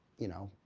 you know,